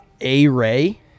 A-Ray